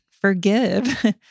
forgive